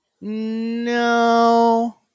No